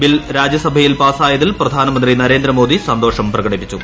bill രാജ്യസഭയിൽ പാസായതിൽ പ്രധാനമന്ത്രി നരേന്ദ്രമോദി സന്തോഷം പ്രകടിപ്പിച്ചു